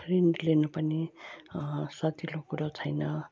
ऋण लिनु पनि सजिलो कुरो छैन